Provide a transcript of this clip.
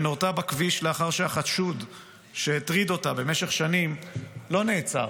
שנורתה בכביש לאחר שהחשוד שהטריד אותה במשך שנים לא נעצר,